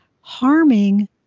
harming